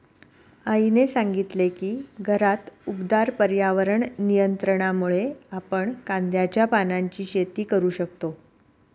आईने सांगितले की घरात उबदार पर्यावरण नियंत्रणामुळे आपण कांद्याच्या पानांची शेती करू शकतो